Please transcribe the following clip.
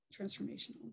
transformational